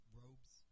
robes